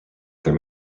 their